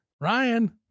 Ryan